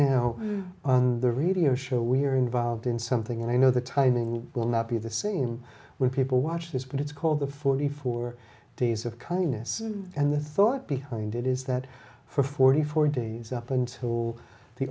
now on the radio show we're involved in something and i know the timing will not be the same when people watch this but it's called the forty four days of kindness and the thought behind it is that for forty four days up and all the